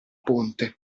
ponte